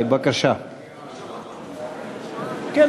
בבקשה,